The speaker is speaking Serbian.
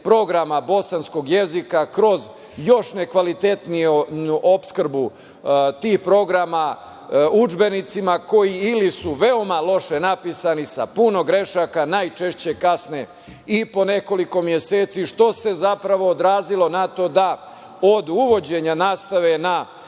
programa bosanskog jezika, kroz još nekvalitetniju opskrbu tih programa udžbenicima koji ili su veoma loše napisani, sa puno grešaka, najčešće kasne i po nekoliko meseci, što se zapravo odrazilo na to da od uvođenja nastave na